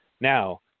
Now